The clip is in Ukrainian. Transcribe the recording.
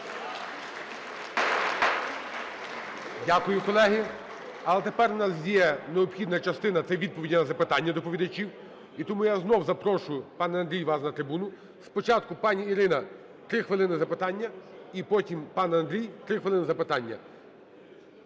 Дякую, колеги. Але тепер в нас є необхідна частина – це відповіді на запитання доповідачів. І тому я знову запрошую, пане Андрій, вас на трибуну. Спочатку, пані Ірина, 3 хвилини на запитання, і, потім пане Андрій, 3 хвилини на запитання.